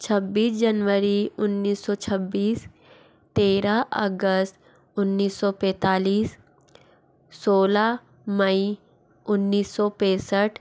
छब्बीस जनवरी उन्नीस सौ छब्बीस तेरा अगस्त उन्नीस सौ पैंतालीस सोलह मई उन्नीस सौ पैंसठ